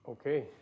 Okay